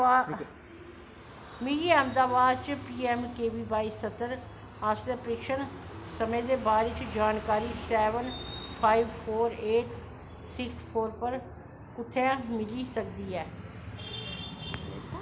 मिगी अहमदाबाद च P M K V Y सत्र आस्तै प्रशिक्षण समें दे बारे च जानकारी seven five four eight six four पर कु'त्थुआं मिली सकदी ऐ